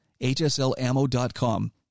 HSLammo.com